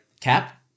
Cap